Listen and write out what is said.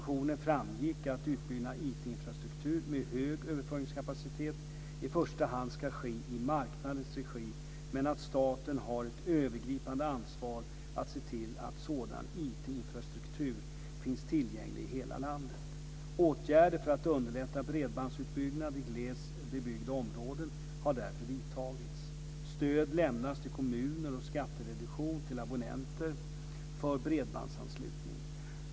infrastruktur med hög överföringskapacitet i första hand ska ske i marknadens regi men att staten har ett övergripande ansvar att se till att sådan IT infrastruktur finns tillgänglig i hela landet. Åtgärder för att underlätta bredbandsutbyggnad i glest bebyggda områden har därför vidtagits. Stöd lämnas till kommuner och skattereduktion till abonnenter för bredbandsanslutning.